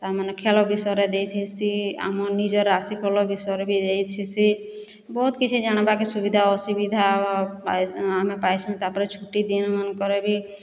ତାମାନେ ଖେଳ ବିଷୟରେ ଦେଇଥିସି ଆମର୍ ନିଜର୍ ରାଶି ଫଳ ବିଷୟରେ ବି ଦେଇଥିସି ବହୁତ୍ କିଛି ଜାଣିବାକେ କିଛି ସୁବିଧା ଅସୁବିଧା ଆମେ ପାଏସୁଁ ତାପରେ ଛୁଟି ଦିନ ମାନକରେ ବି